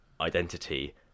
identity